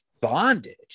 bondage